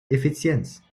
effizienz